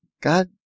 God